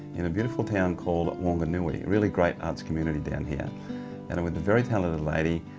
in a beautiful town called wanganui. a really great arts community down here. and i'm with a very talented lady,